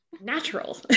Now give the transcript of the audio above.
natural